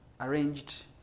arranged